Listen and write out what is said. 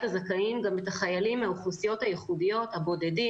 הזכאים גם את החיילים מן האוכלוסיות הייחודיות הבודדים,